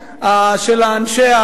הבסיסית של אנשי,